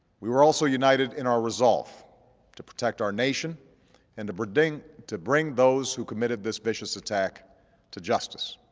we were also united in our resolve to protect our nation and to bring to bring those who committed this vicious attack to justice.